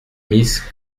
miss